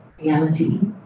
reality